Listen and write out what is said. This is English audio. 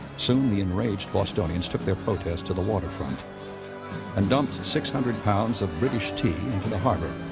soon, the enraged bostonians took their protest to the waterfront and dumped six hundred pounds of british tea into the harbor.